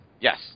Yes